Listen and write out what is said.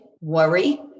worry